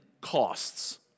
costs